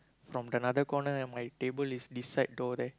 from another corner my table is this side toward there